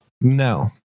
No